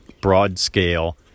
broad-scale